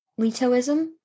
letoism